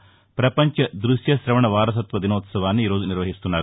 పపంచ దృశ్య తవణ వారసత్వ దినోత్సవాన్ని ఈ రోజు నిర్వహిస్తున్నారు